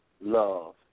Love